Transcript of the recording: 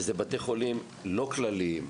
וזה בתי חולים לא כלליים,